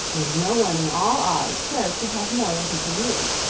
and no one in all oz cares to have more than he can use.